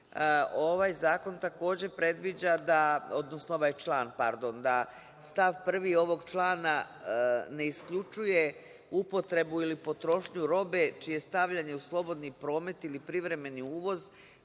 zakon takođe predviđa, odnosno ovaj član, stav 1. ovog člana ne isključuje upotrebu ili potrošnju robe čije je stavljanje u slobodni promet ili privremeni uvoz